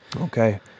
Okay